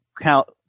count